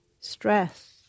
stress